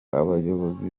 abayobozi